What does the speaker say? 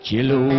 Jello